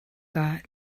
got